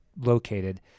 located